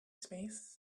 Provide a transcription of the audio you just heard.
space